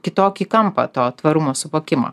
kitokį kampą to tvarumo suvokimo